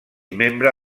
membre